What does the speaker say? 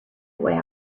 boy